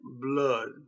blood